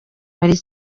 muri